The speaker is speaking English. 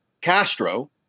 Castro